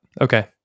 Okay